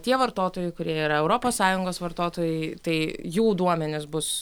tie vartotojai kurie yra europos sąjungos vartotojai tai jų duomenys bus